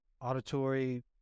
auditory